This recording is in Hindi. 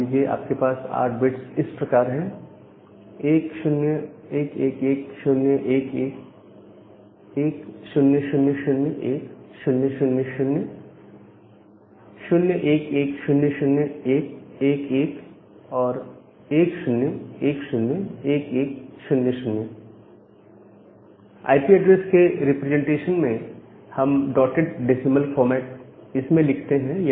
मान लीजिए आपके पास 8 बिट्स इस प्रकार हैं 1 0 1 1 1 0 1 1 1 0 0 0 1 0 0 0 0 1 1 0 0 1 1 1 1 0 1 0 1 1 0 0 आईपी एड्रेस के रिप्रेजेंटेशन में हम dotted decimal format dotted decimal format में इसे लिखते हैं